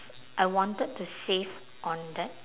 I wanted to save on that